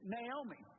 Naomi